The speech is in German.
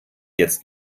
jetzt